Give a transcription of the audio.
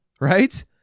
right